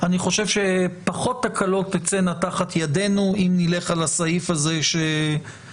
אני חושב שפחות תקלות תצאנה תחת ידינו אם נלך על הסעיף הזה שלא